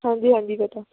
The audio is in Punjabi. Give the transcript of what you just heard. ਹਾਂਜੀ ਹਾਂਜੀ ਬੇਟਾ